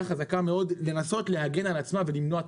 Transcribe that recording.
חזקה מאוד לנסות להגן על עצמה ולמנוע תחרות.